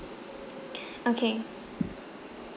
okay